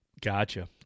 Gotcha